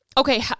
okay